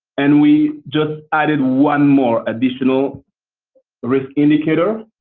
and we just added one more additional risk indicator,